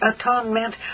atonement